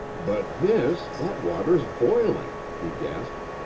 but, miss, that water's boiling! he gasped.